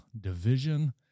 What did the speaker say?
division